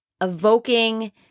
evoking